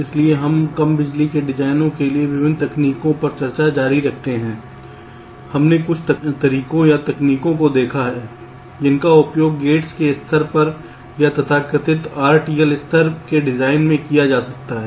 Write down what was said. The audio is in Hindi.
इसलिए हम कम बिजली के डिजाइन के लिए विभिन्न तकनीकों पर अपनी चर्चा जारी रखते हैं हमने कुछ तरीकों या तकनीकों को देखा है जिनका उपयोग गेट्स के स्तर पर या तथाकथित RTL स्तर के डिजाइन में किया जा सकता है